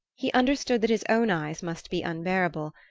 he understood that his own eyes must be unbearable,